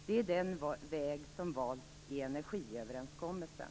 Det är den väg som valts i energiöverenskommelsen.